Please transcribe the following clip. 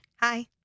Hi